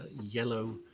yellow